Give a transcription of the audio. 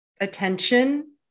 attention